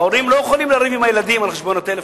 ההורים לא יכולים לריב עם הילדים על חשבון הטלפון,